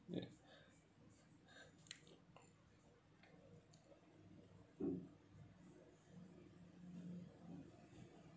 ya